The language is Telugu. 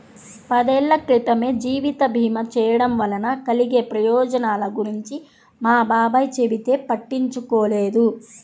పదేళ్ళ క్రితమే జీవిత భీమా చేయడం వలన కలిగే ప్రయోజనాల గురించి మా బాబాయ్ చెబితే పట్టించుకోలేదు